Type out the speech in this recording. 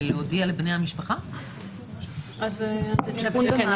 אבל עבר גיל 14, ובוודאי חוקר הילדים כבר לא